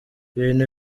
ibintu